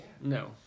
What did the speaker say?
no